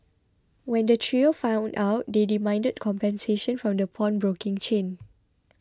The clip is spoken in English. when the trio found out they demanded compensation from the pawnbroking chain